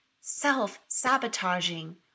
self-sabotaging